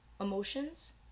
emotions